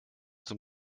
zum